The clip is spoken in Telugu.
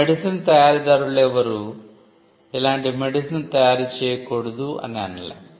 మెడిసిన్ తయారిదారులెవరూ ఇలాంటి మెడిసిన్ తయారు చేయకూడదు అని అనలేము